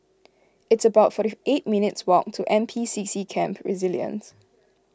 it's about forty eight minutes' walk to N P C C Camp Resilience